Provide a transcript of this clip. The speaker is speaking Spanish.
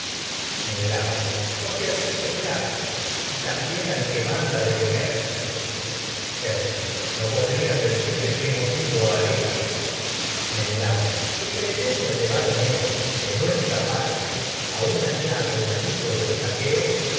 manda porque así me place y también al que del ejército teucro no podrías decirme qué motivo alega que menelao creyendo y llevar en él de nuestra ave patria a un aliado amigo de los aqueos